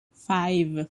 five